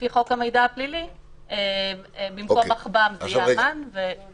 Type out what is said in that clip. לפי חוק המידע הפלילי במקום מחב"ם זה יהיה --- רגע,